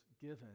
given